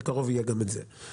בקרוב יהיה גם את זה.